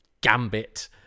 gambit